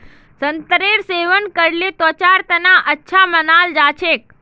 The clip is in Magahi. संतरेर सेवन करले त्वचार तना अच्छा मानाल जा छेक